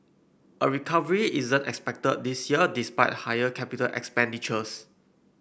a recovery isn't expected this year despite higher capital expenditures